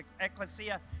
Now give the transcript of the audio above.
Ecclesia